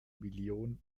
million